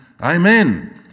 Amen